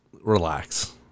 relax